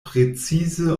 precize